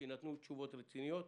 שיינתנו תשובות רציניות.